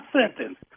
sentence